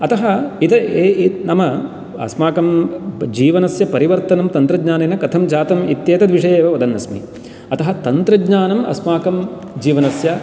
अतः नाम अस्माकं जीवनस्य परिवर्तनं तन्त्रज्ञानेन कथं जातम् इत्येतद्विषयेव वदन्नस्मि अतः तन्त्रज्ञानम् अस्माकं जीवनस्य